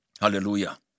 hallelujah